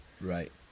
Right